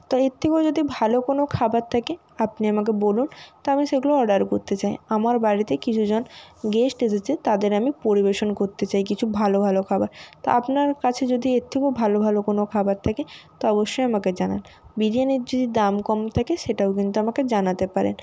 তো এর থেকেও যদি ভালো কোনও খাবার থাকে আপনি আমাকে বলুন তো আমি সেগুলো অর্ডার করতে চাই আমার বাড়িতে কিছুজন গেস্ট এসেছে তাদের আমি পরিবেশন করতে চাই কিছু ভালো ভালো খাবার তো আপনার কাছে যদি এর থেকেও ভালো ভালো কোনও খাবার থাকে তো অবশ্যই আমাকে জানান বিরিয়ানির যদি দাম কম থাকে সেটাও কিন্তু আমাকে জানাতে পারেন